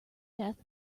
death